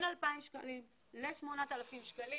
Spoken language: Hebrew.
לאנשים עצמם שלשמם אנחנו התכנסנו כאן.